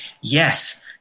yes